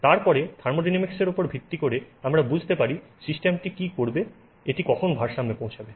তারপরে থার্মোডিনামিকসের উপর ভিত্তি করে আমরা বুঝতে পারি সিস্টেমটি কী করবে এটি কখন ভারসাম্যে পৌঁছাবে